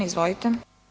Izvolite.